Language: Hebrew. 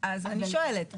אז אני שואלת,